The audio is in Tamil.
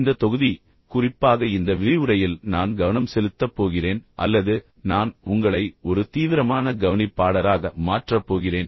இந்த தொகுதி குறிப்பாக இந்த விரிவுரையில் நான் கவனம் செலுத்தப் போகிறேன் அல்லது நான் உங்களை ஒரு தீவிரமான கவனிப்பாளராக மாற்றப் போகிறேன்